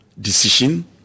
decision